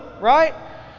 right